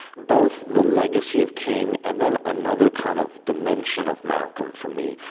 both the legacy of king and, then, another kind of dimension of malcolm, for me,